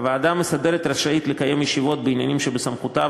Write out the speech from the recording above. הוועדה המסדרת רשאית לקיים ישיבות בעניינים שבסמכותה,